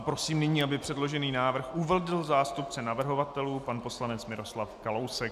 Prosím nyní, aby předložený návrh uvedl zástupce navrhovatelů pan poslanec Miroslav Kalousek.